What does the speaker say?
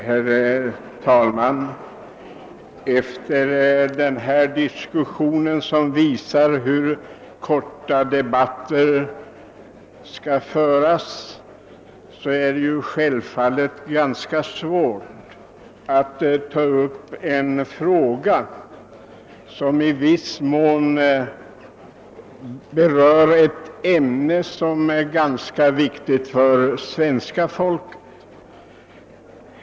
Herr talman! Den diskussion som nyss avslutats är ett bra exempel på hur kort debatter skall föras. Jag kan inte fatta mig lika kort, när jag nu tar till orda i en fråga som på sätt och vis är av stor vikt för hela svenska folket.